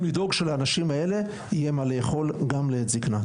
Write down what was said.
לדאוג שלאנשים האלה יהיה מה לאכול גם לעת זקנה.